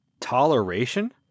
Toleration